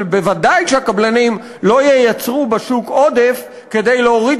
בוודאי שהקבלנים לא ייצרו בשוק עודף כדי להוריד